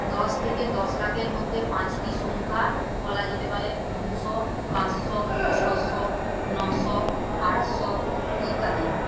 দশ থেকে দশ লাখের মধ্যে পাঁচটি সংখ্যা বলা যেতে পারে দুশো পাঁচশো ছশো নশো আটশো ইত্যাদি